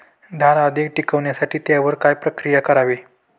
डाळ अधिक टिकवण्यासाठी त्यावर काय प्रक्रिया करावी?